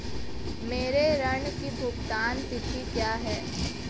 मेरे ऋण की भुगतान तिथि क्या है?